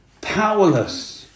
powerless